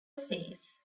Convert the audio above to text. says